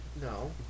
No